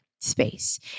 space